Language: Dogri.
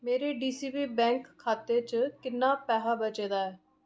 मेरे डीसीबी बैंक खाते च किन्ना पैसा बचे दा ऐ